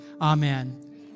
Amen